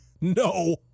No